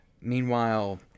Meanwhile